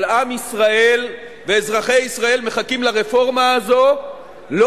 אבל עם ישראל ואזרחי ישראל מחכים לרפורמה הזו לא